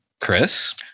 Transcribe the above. Chris